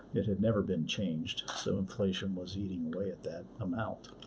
it had never been changed, so inflation was eating away at that amount.